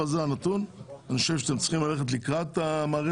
הנתון הזה אני חושב שאתם צריכים ללכת לקראת המערכת